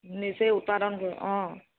নিজেই উৎপাদন কৰোঁ অঁ